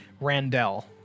Randell